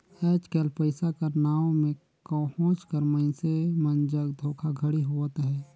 आएज काएल पइसा कर नांव में कहोंच कर मइनसे मन जग धोखाघड़ी होवत अहे